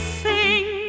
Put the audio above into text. sing